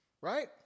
right